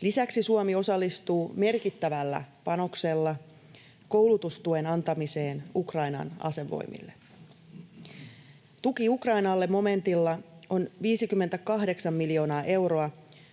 Lisäksi Suomi osallistuu merkittävällä panoksella koulutustuen antamiseen Ukrainan asevoimille. Tuki Ukrainalle -momentilla on 58 miljoonaa euroa.